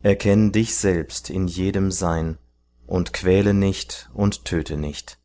erkenn dich selbst in jedem sein und quäle nicht und töte nicht